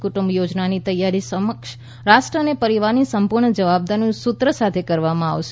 કુંટુંબની યોજનાની તૈયારી સક્ષમ રાષ્ટ્ર અને પરિવારની સંપૂર્ણ જવાબદારીનાં સૂત્ર સાથે કરવામાં આવશે